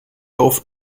auf